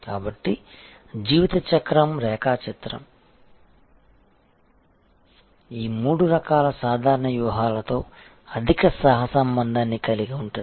కాబట్టి జీవిత చక్రం రేఖాచిత్రం ఈ మూడు రకాల సాధారణ వ్యూహాలతో అధిక సహసంబంధాన్ని కలిగి ఉంది